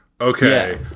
Okay